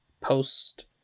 post